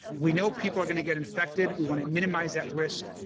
we know people are gonna get infected, we want to minimize that risk,